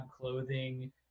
clothing